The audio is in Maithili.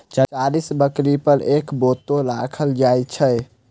चालीस बकरी पर एक बत्तू राखल जाइत छै